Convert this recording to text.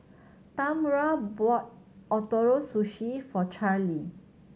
Tamra bought Ootoro Sushi for Charlee